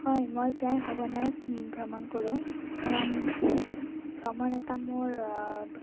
হয় মই প্ৰায় সঘনাই ভ্ৰমণ কৰোঁ কাৰণ ভ্ৰমণ এটা মোৰ